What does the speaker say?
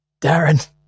Darren